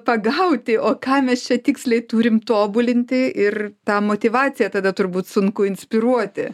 pagauti o ką mes čia tiksliai turim tobulinti ir tą motyvaciją tada turbūt sunku inspiruoti